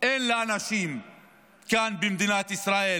אין לאנשים כאן במדינת ישראל.